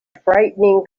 frightening